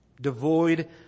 Devoid